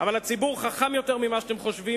מכתיב לכם, אבל הציבור יותר חכם ממה שאתם חושבים.